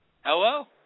Hello